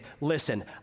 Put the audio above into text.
Listen